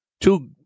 two